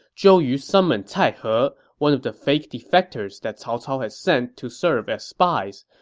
zhou yu summoned cai he, one of the fake defectors that cao cao had sent to serve as spies.